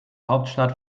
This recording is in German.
hauptstadt